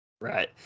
right